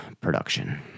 production